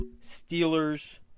Steelers